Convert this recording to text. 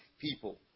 people